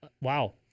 Wow